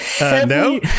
no